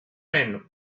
men